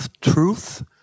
truth